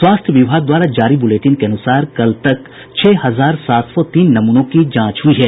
स्वास्थ्य विभाग द्वारा जारी बुलेटिन के अनुसार कल तक छह हजार सात सौ तीन नमूनों की जांच हुई है